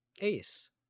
ace